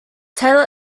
taylor